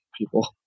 people